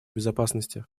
безопасности